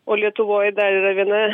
o lietuvoj dar yra viena